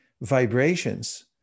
vibrations